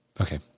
Okay